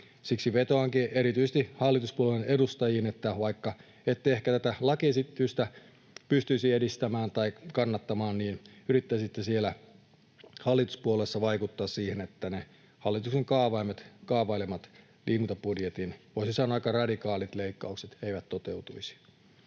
Siksi vetoankin erityisesti hallituspuolueiden edustajiin, että vaikka ette ehkä tätä lakiesitystä pystyisi edistämään tai kannattamaan, niin yrittäisitte siellä hallituspuolueissa vaikuttaa siihen, että ne hallituksen kaavailemat liikuntabudjetin, voisi sanoa, aika radikaalit leikkaukset eivät toteutuisi.